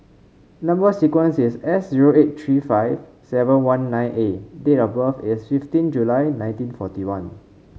number sequence is S zero eight three five seven one nine A date of birth is fifteen July nineteen forty one